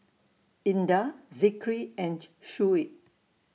Indah Zikri and Shuib